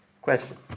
Question